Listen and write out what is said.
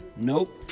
Nope